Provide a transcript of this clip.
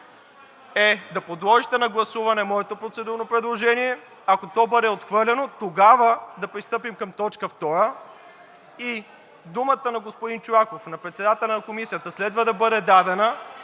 е да подложите на гласуване моето процедурно предложение – ако то бъде отхвърлено, тогава да пристъпим към точка втора и думата на господин Чолаков – на председателя на Комисията, следва да бъде дадена,